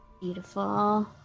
Beautiful